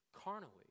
carnally